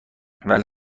ولی